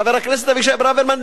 חבר הכנסת אבישי ברוורמן,